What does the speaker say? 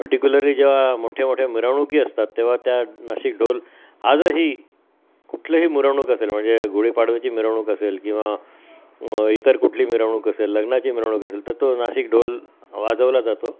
particularly जेव्हा मोठ्या मोठ्या मिरवणूकी असतात तेव्हा त्या नाशिक ढोल आजही कुठलंही मिरवणूक असेल म्हणजे गुढीपाडव्याची मिरवणूक असेल किंवा इतर कुठली मिरवणूक असेल लग्नाची मिरवणूक असेल तर तो नाशिक ढोल वाजवला जातो